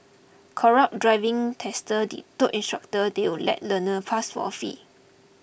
corrupt driving testers told instructors they would let learners pass for a fee